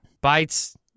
bites